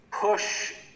push